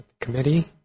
Committee